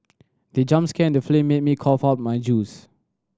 the jump scare in the film made me cough out my juice